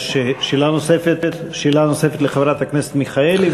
יש שאלה נוספת לחברת הכנסת מיכאלי,